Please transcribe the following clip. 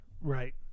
Right